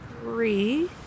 three